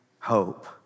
hope